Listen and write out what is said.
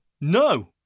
No